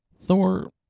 Thor